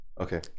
okay